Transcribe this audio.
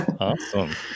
Awesome